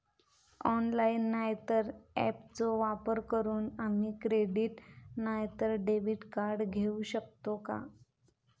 Online नाय तर ऍपचो वापर करून आम्ही क्रेडिट नाय तर डेबिट कार्ड घेऊ शकतो का?